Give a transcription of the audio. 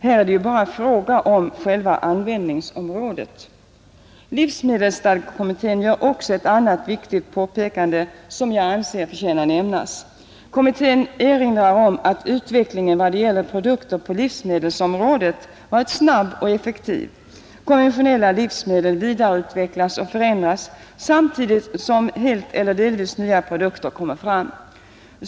Här är det bara fråga om själva användningsområdet. Livsmedelsstadgekommittén gör också ett annat viktigt påpekande som jag anser förtjänar nämnas. Kommittén erinrar om att utvecklingen vad det gäller produkter på livsmedelsområdet varit snabb och effektiv. Konventionella livsmedel vidareutvecklas och förändras samtidigt som helt eller delvis nya produkter kommer fram.